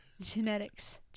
genetics